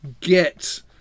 get